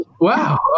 Wow